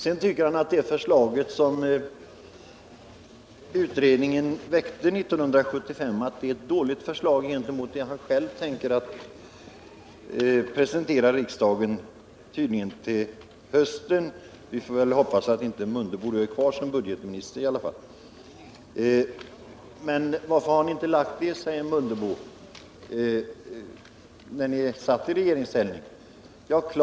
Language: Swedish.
Sedan tycker budgetministern att det förslag som utredningen väckte 1975 är ett dåligt förslag jämfört med det han själv tänker presentera för riksdagen, tydligen till hösten. Vi får väl hoppas att Ingemar Mundebo inte är kvar som budgetminister då. Varför lade ni inte fram förslaget när ni satt i regeringsställning? frågar Ingemar Mundebo.